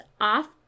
off